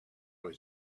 was